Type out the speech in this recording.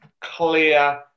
clear